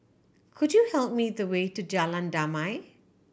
could you tell me the way to Jalan Damai